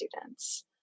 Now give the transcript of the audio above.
students